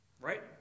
Right